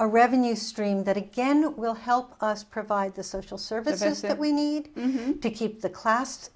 a revenue stream that again will help us provide the social services that we need to keep the class